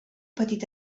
petit